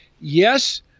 Yes